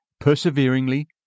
perseveringly